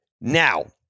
Now